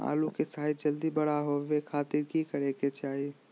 आलू के साइज जल्दी बड़ा होबे खातिर की करे के चाही?